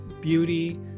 beauty